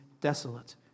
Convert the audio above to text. Desolate